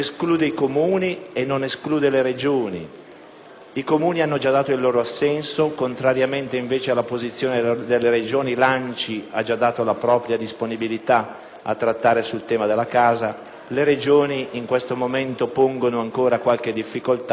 I Comuni hanno già dato il proprio assenso, contrariamente alla posizione delle Regioni. L'ANCI ha già dato infatti la propria disponibilità a trattare sul tema della casa; le Regioni, invece, in questo momento pongono ancora qualche difficoltà, che sono certo sarà superata.